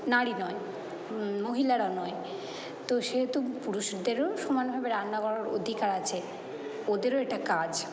নারী নয় মহিলারা নয় তো সেহেতু পুরুষদেরও সমানভাবে রান্না করার অধিকার আছে ওদেরও এটা কাজ